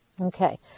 Okay